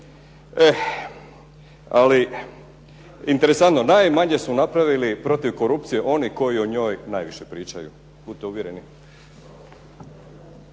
Ali interesantno, najmanje su napravili protiv korupcije oni koji o njoj najviše pričaju. Budite uvjereni.